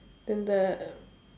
then the